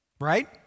right